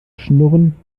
schnurren